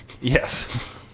Yes